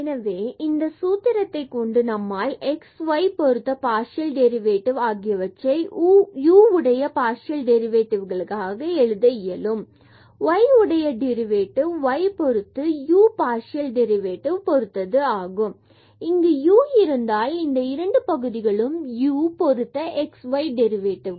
எனவே இந்த சூத்திரத்தை கொண்டும் நம்மால் x and y பொறுத்த பார்சியல் டெரிவேடிவ் ஆகியவற்றை u உடைய பார்சியல் டெரிவேடிவ்களாக எழுத இயலும் மற்றும் y உடைய டெரிவேடிவ் y பொருத்து u பார்சியல் டெரிவேடிவ் பொறுத்தது ஆகும் இங்கு u இருந்தால் இங்கு இரண்டு பகுதிகளும் u பொருத்த x and y டெரிவேடிவ்கள்